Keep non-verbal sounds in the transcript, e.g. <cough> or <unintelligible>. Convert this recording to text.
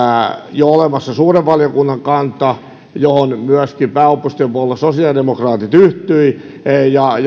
jo myös suuren valiokunnan kanta johon myöskin pääoppositiopuolue sosiaalidemokraatit yhtyi ja <unintelligible>